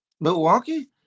Milwaukee